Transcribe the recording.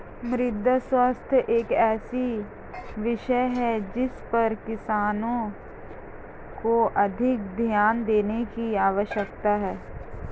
मृदा स्वास्थ्य एक ऐसा विषय है जिस पर किसानों को अधिक ध्यान देने की आवश्यकता है